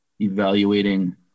evaluating